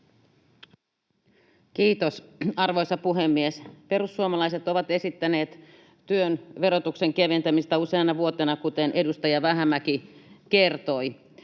Kiitos, arvoisa puhemies! Perussuomalaiset ovat esittäneet työn verotuksen keventämistä useana vuotena, kuten edustaja Vähämäki kertoi.